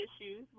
issues